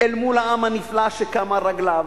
אל מול העם הנפלא שקם על רגליו